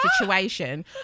situation